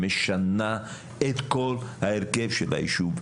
משנה את כל ההרכב של היישוב.